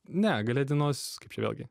ne gale dienos kaip čia vėlgi